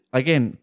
again